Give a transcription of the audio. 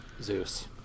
Zeus